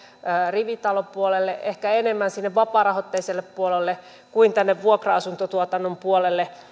rivitalopuolelle ehkä enemmän sinne vapaarahoitteiselle puolelle kuin tänne vuokra asuntotuotannon puolelle